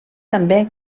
també